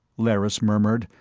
lerrys murmured,